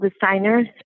designers